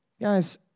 Guys